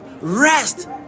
rest